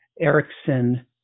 Erickson